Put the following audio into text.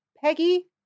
Peggy